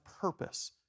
purpose